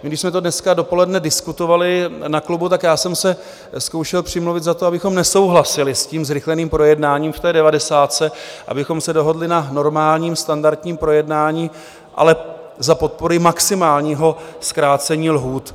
Když jsme to dneska dopoledne diskutovali na klubu, tak jsem se zkoušel přimluvit za to, abychom nesouhlasili se zrychleným projednáním v devadesátce, abychom se dohodli na normálním standardním projednání, ale za podpory maximálního zkrácení lhůt.